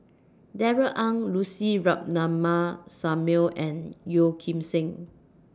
Darrell Ang Lucy Ratnammah Samuel and Yeoh Ghim Seng